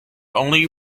only